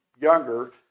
younger